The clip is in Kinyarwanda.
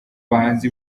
bahanzi